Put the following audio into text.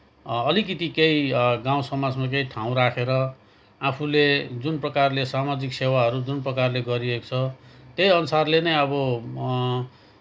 अलिकति केही गाउँसमाजमा केही ठाउँ राखेर आफूले जुन प्रकारले सामाजिक सेवाहरू जुन प्रकारले गरिएको छ त्यही अनुसारले नै अब